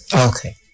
Okay